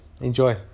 enjoy